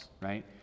right